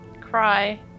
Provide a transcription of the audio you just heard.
Cry